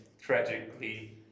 tragically